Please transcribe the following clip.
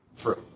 True